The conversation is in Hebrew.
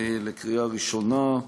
לקריאה ראשונה.